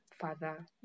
father